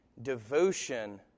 Devotion